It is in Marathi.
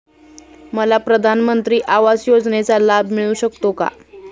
मला प्रधानमंत्री आवास योजनेचा लाभ मिळू शकतो का?